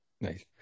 Nice